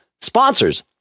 Sponsors